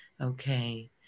Okay